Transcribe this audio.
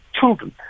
children